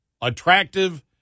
attractive